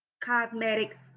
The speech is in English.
cosmetics